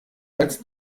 als